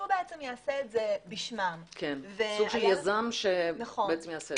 שיעשה את זה בשמם, סוג של יזם שיעשה את זה.